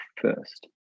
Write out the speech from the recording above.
first